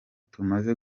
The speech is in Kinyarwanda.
tumaze